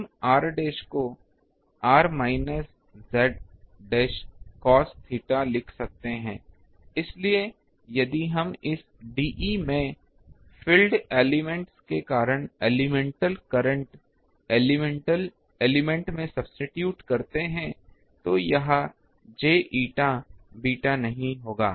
हम r dash को r minus z dash cos theta लिख सकते हैं इसलिए यदि हम इस dE में फील्ड एलिमेंट के कारण एलेमेंटल करंट एलिमेंट में सब्स्टिटूट करते हैं तो यह j eta बीटा नहीं होगा